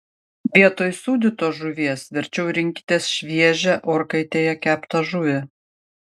vietoj sūdytos žuvies verčiau rinkitės šviežią orkaitėje keptą žuvį